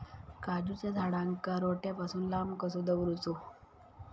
काजूच्या झाडांका रोट्या पासून लांब कसो दवरूचो?